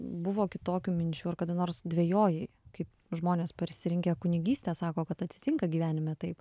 buvo kitokių minčių ar kada nors dvejojai kaip žmonės pasirinkę kunigystę sako kad atsitinka gyvenime taip